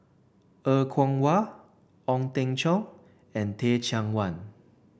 Er Kwong Wah Ong Teng Cheong and Teh Cheang Wan